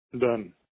done